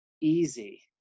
easy